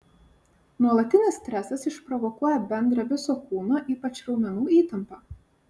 nuolatinis stresas išprovokuoja bendrą viso kūno ypač raumenų įtampą